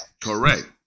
Correct